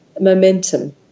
momentum